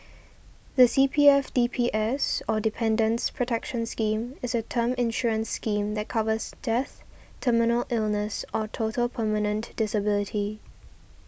the C P F D P S or Dependants' Protection Scheme is a term insurance scheme that covers death terminal illness or total permanent disability